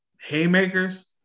haymakers